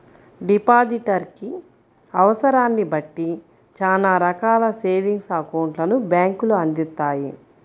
depositor కి అవసరాన్ని బట్టి చానా రకాల సేవింగ్స్ అకౌంట్లను బ్యేంకులు అందిత్తాయి